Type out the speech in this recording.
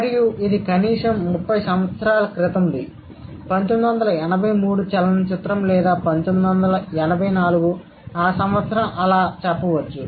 మరియు ఇది కనీసం 30 సంవత్సరాల క్రితంది 1983 చలనచిత్రం లేదా 1984 అలా చెబుతున్నాను